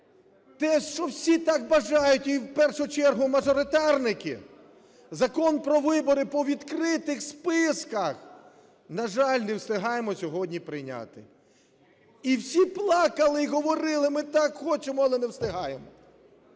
те, що всі так бажають, і в першу чергу мажоритарники - Закон про вибори по відкритих списках, на жаль, не встигаємо сьогодні прийняти. І всі плакали і говорили: "Ми так хочемо, але не встигаємо".